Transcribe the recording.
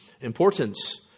importance